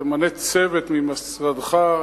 תמנה צוות ממשרדך,